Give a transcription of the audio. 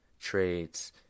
traits